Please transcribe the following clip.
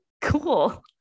cool